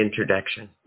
introduction